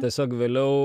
tiesiog vėliau